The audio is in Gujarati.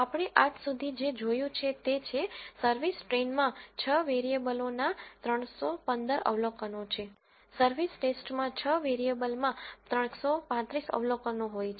આપણે આજ સુધી જે જોયું છે તે છે સર્વિસ ટ્રેઇનમાં છ વેરીએબલોનાં 315 અવલોકનો છે સર્વિસ ટેસ્ટમાં 6 વેરિયેબલમાં 135 અવલોકનો હોય છે